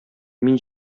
мин